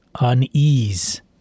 unease